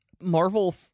Marvel